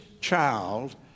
child